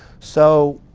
so